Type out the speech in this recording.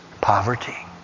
Poverty